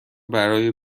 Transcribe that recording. برای